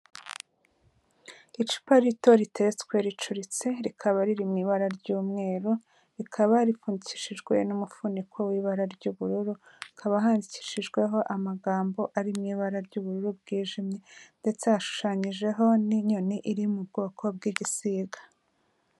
Icupa rito riteretswe ricuritse rikaba riri mu ibara ry'umweru, rikaba ripfundikishijwe n'umufuniko w'ibara ry'ubururu, hakaba handikishijweho amagambo ari mu ibara ry'ubururu bwijimye ndetse hashushanyijeho n'inyoni iri mu bwoko bw'igisiga.